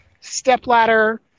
stepladder